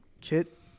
kit